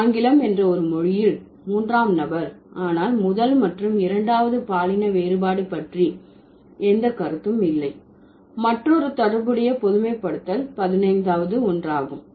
ஆங்கிலம் என்ற ஒரு மொழியில் மூன்றாம் நபர் ஆனால் முதல் மற்றும் இரண்டாவது பாலின வேறுபாடு பற்றி எந்த கருத்தும் இல்லை மற்றொரு தொடர்புடைய பொதுமைப்படுத்தல் பதினைந்தாவது ஒன்றாகும்